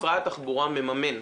משרד התחבורה מממן,